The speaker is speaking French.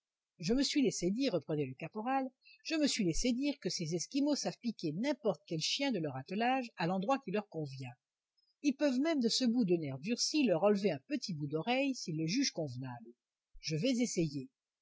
je me suis laissé dire reprenait le caporal je me suis laissé dire que ces esquimaux savent piquer n'importe quel chien de leur attelage à l'endroit qui leur convient ils peuvent même du bout de ce nerf durci leur enlever un petit bout de l'oreille s'ils le jugent convenable je vais essayer